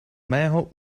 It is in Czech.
mého